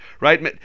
right